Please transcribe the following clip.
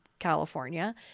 California